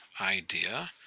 idea